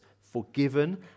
forgiven